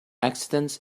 accidents